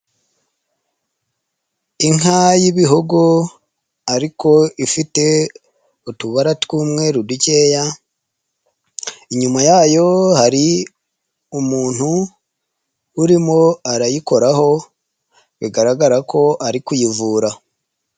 Inka y'ibihogo ariko ifite utubara tw'umweru dukeya, inyuma yayo hari umuntu urimo arayikoraho, bigaragara ko ari kuyivura.